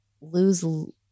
lose-